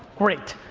great.